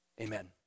amen